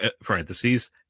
parentheses